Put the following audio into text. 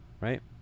Right